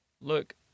look